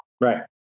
Right